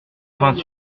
vingt